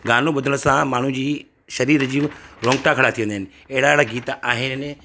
गानो ॿुधण सां माण्हू जी शरीर जूं रोंगटा खणा अची वञनि अहिड़ा अहिड़ा गीत आहिनि